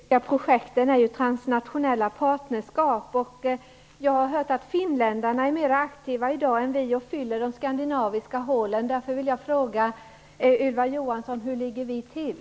Herr talman! Grunden för de europeiska projekten är ju transnationella partnerskap. Jag har hört att finländarna är mer aktiva i dag än vi och fyller de skandinaviska hålen. Jag vill därför fråga Ylva Johansson: Hur ligger vi till?